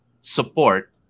support